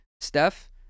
Steph